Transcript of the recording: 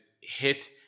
hit